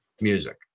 music